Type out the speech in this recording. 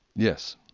Yes